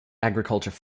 agriculture